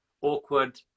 awkward